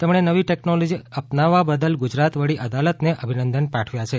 તેમણે નવી ટેકનોલોજી અપનાવવા બદલ ગુજરાત વડી અદાલતને અભિનંદન પાઠવ્યા છે